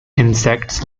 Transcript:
insects